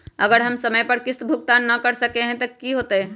अगर हम समय पर किस्त भुकतान न कर सकवै त की होतै?